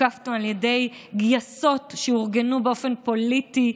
הותקפנו על ידי גייסות שאורגנו באופן פוליטי,